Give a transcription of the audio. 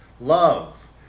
Love